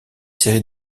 série